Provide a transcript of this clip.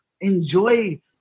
enjoy